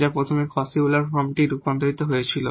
যা প্রথমে Cauchy Euler form রূপান্তরিত হয়েছিল